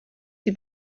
sie